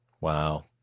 Wow